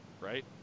Right